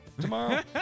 tomorrow